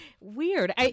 Weird